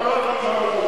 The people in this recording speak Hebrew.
לא, לא אמרתי.